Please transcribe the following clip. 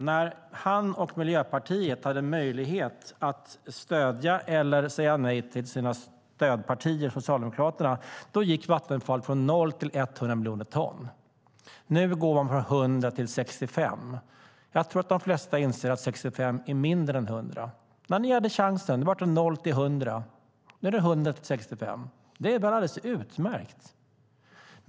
När han och Miljöpartiet hade möjlighet att stödja eller säga nej till Socialdemokraterna gick Vattenfall från 0 till 100 miljoner ton. Nu går man från 100 till 65. Jag tror att de flesta inser att 65 är mindre än 100. När ni hade chansen gick det från 0 till 100. Nu går det från 100 till 65, vilket är alldeles utmärkt.